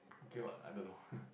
okay what I don't know